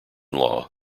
law